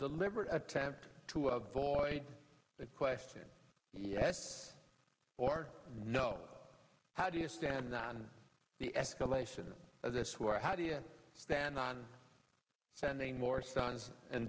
deliberate attempt to avoid the question yes or no how do you stand on the escalation of this war how do you stand on sending more sons and